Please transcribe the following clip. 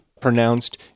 pronounced